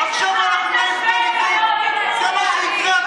שם אין מוטציות ושם אין